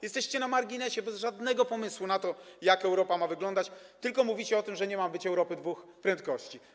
Jesteście na marginesie, bez żadnego pomysłu na to, jak Europa ma wyglądać, tylko mówicie o tym, że nie ma być Europy dwóch prędkości.